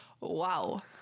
Wow